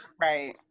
right